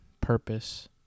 purpose